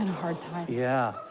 hard time. yeah.